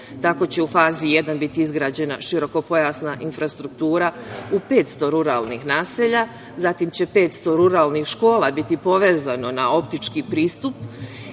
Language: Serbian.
Tako će u fazi jedan biti izgrađena širokopojasna infrastruktura u 500 ruralnih naselja, zatim će 500 ruralnih škola biti povezano na optički pristup